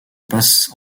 passe